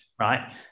right